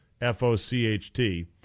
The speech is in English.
F-O-C-H-T